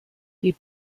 die